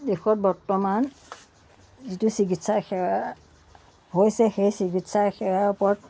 দেশত বৰ্তমান যিটো চিকিৎসা সেৱা হৈছে সেই চিকিৎসা সেৱাৰ ওপৰত